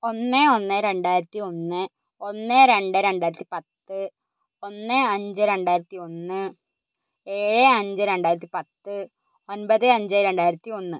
ഒന്ന് ഒന്ന് രണ്ടായിരത്തി ഒന്ന് ഒന്ന് രണ്ട് രണ്ടായിരത്തി പത്ത് ഒന്ന് അഞ്ച് രണ്ടായിരത്തി ഒന്ന് ഏഴ് അഞ്ച് രണ്ടായിരത്തി പത്ത് ഒൻപത് അഞ്ച് രണ്ടായിരത്തി ഒന്ന്